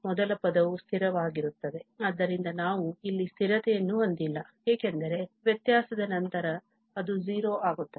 ಮೊದಲ ಪದವು ಸ್ಥಿರವಾಗಿರುತ್ತದೆ ಆದ್ದರಿಂದ ನಾವು ಇಲ್ಲಿ ಸ್ಥಿರತೆಯನ್ನು ಹೊಂದಿಲ್ಲ ಏಕೆಂದರೆ ವ್ಯತ್ಯಾಸದ ನಂತರ ಅದು 0 ಆಗುತ್ತದೆ